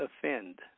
offend